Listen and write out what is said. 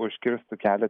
užkirstų kelią